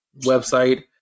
website